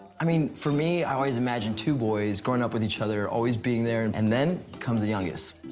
i mean, for me, i always imagined two boys growing up with each other, always being there, and then comes the youngest,